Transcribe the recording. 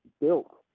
built